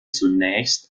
zunächst